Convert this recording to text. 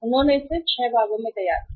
उन्होंने इसे 6 भागों में तैयार किया